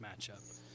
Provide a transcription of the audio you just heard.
matchup